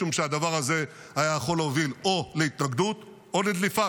משום שהדבר הזה היה יכול להוביל או להתנגדות או לדליפה,